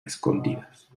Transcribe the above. escondidas